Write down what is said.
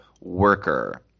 Worker